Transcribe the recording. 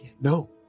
No